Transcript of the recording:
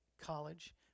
College